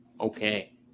Okay